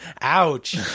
Ouch